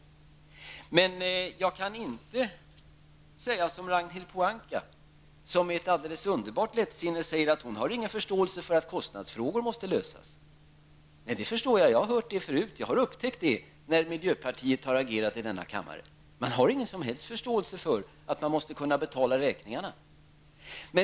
Däremot kan jag inte säga som Ragnhild Pohanka, som med ett helt underbart lättsinne säger att hon inte har någon förståelse för att kostnadsfrågor måste lösas. Det förstår jag. Jag har hört det förut. Jag har upptäckt det när miljöpartiet har agerat i denna kammare. Man har ingen som helst förståelse för att man måste kunna betala räkningarna.